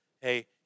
hey